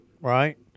right